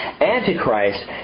Antichrist